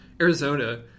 Arizona